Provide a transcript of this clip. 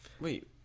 Wait